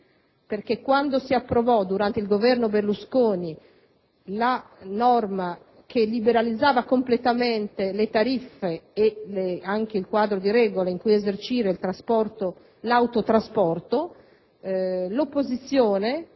quel mondo sono giusti. Quando il Governo Berlusconi approvò la norma che liberalizzava completamente le tariffe ed anche il quadro di regole in cui esercire l'autotrasporto, l'opposizione